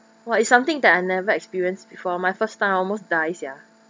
!wah! is something that I never experienced before my first time I almost die sia